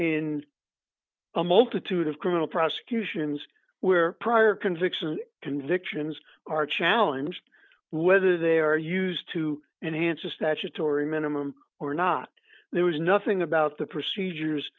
in a multitude of criminal prosecutions where prior convictions convictions are challenged whether they are used to enhance a statutory minimum or not there was nothing about the procedures